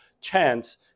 chance